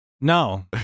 No